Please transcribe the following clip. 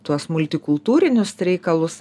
tuos multikultūrinius reikalus